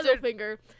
finger